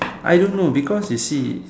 I don't know because you see